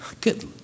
good